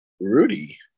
Rudy